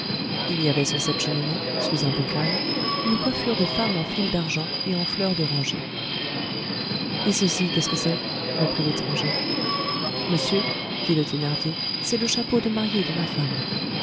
il y avait sur cette cheminée sous un bocal une coiffure de femme en fils d'argent et en fleurs d'oranger et ceci qu'est-ce que c'est reprit l'étranger monsieur dit le thénardier c'est le chapeau de mariée de ma femme